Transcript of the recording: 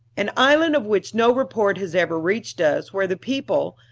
an island of which no report has ever reached us, where the people,